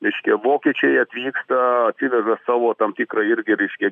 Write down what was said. reiškia vokiečiai atvyksta atsiveža savo tam tikrą irgi reiškia